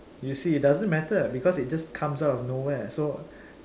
you see it doesn't matter because it just comes out of nowhere so